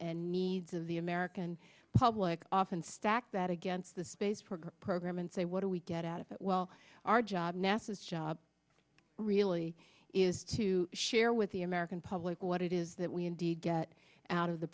and needs of the american public often stack that against the space program program and say what do we get out of it well our job nasa is job really is to share with the american public what it is that we indeed get out of the